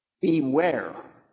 Beware